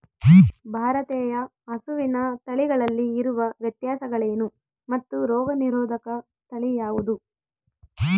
ಭಾರತೇಯ ಹಸುವಿನ ತಳಿಗಳಲ್ಲಿ ಇರುವ ವ್ಯತ್ಯಾಸಗಳೇನು ಮತ್ತು ರೋಗನಿರೋಧಕ ತಳಿ ಯಾವುದು?